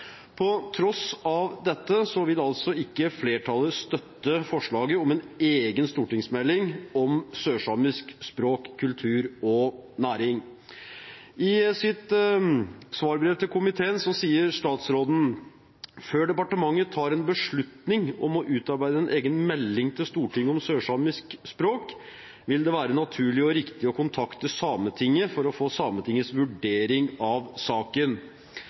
På tross av dette vil altså ikke flertallet støtte forslaget om en egen stortingsmelding om sørsamisk språk, kultur og næring. I sitt svarbrev til komiteen sier statsråden: «Før departementet eventuelt tar en beslutning om å utarbeide en egen melding til Stortinget om sørsamisk språk, vil det være naturlig og riktig å kontakte Sametinget, for å få Sametingets vurdering av saken.»